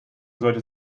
sollte